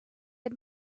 had